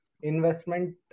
investment